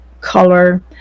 color